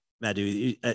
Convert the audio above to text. Madhu